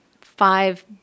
five